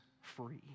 free